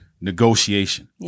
Negotiation